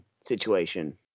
situation